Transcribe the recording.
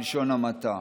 בלשון המעטה.